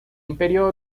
imperio